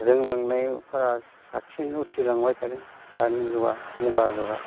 जोंलांनायफोरा साबसिन उथ्रिलांबाय थादों दानि जुगा मुगा जुगा